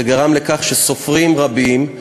זה גרם לכך שסופרים רבים,